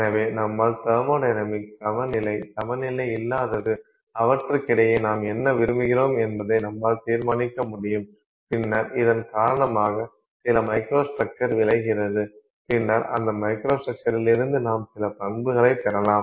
எனவே நம்மால் தெர்மொடைனமிக்ஸ் சமநிலை சமநிலை இல்லாதது அவற்றுக்கிடையே நாம் என்ன விரும்புகிறோம் என்பதை நம்மால் தீர்மானிக்க முடியும் பின்னர் இதன் காரணமாக சில மைக்ரோஸ்ட்ரக்சர் விளைகிறது பின்னர் அந்த மைக்ரோஸ்ட்ரக்சர்லிருந்து நாம் சில பண்புகளைப் பெறலாம்